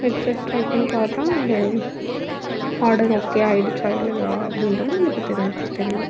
website try பண்ணி பார்த்தா அந்த ஆடர் ஓகே ஆயிடுச்சா இல்லையா அப்படின்றது நமக்கு தெரிஞ்சுரும் தெளிவாக